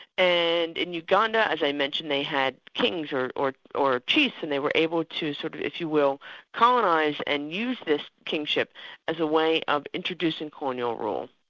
and in uganda, as i mentioned, they had kings or or chiefs, and they were able to sort of if you will colonise and use this kingship as a way of introducing colonial rule.